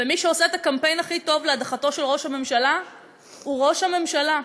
ומי שעושה את הקמפיין הכי טוב להדחתו של ראש הממשלה הוא ראש הממשלה.